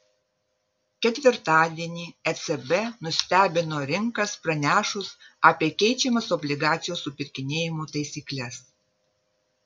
ketvirtadienį ecb nustebino rinkas pranešus apie keičiamas obligacijų supirkinėjimo taisykles